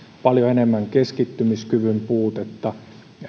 paljon enemmän keskittymiskyvyn puutetta